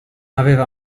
aveva